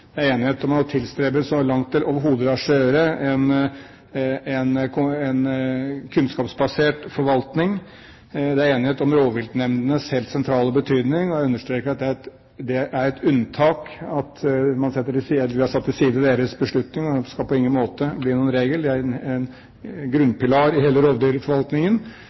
Det er enighet om å tilstrebe en kunnskapsbasert forvaltning, så langt det overhodet lar seg gjøre. Det er enighet om rovviltnemndenes helt sentrale betydning, og jeg understreker at det er et unntak at vi har satt til side deres beslutning. Det skal på ingen måte bli noen regel. Det er en grunnpilar i hele rovdyrforvaltningen.